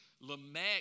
Lamech